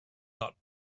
not